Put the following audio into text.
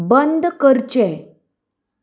बंद करचें